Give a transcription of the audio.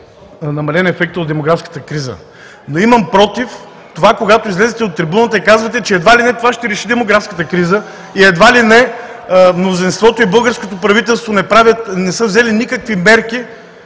намален ефектът от демографската криза, но имам против, когато излезете от трибуната и казвате, че едва ли не това ще реши демографската криза и едва ли не мнозинството и българското правителство не са взели никакви мерки